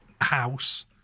house